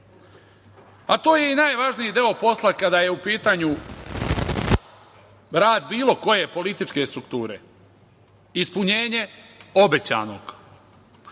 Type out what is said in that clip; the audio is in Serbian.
a to je i najvažniji deo posla kada je u pitanju rad bilo koje političke strukture, ispunjenje obećanog. Evo,